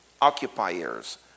occupiers